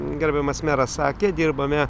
gerbiamas meras sakė dirbame